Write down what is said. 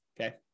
Okay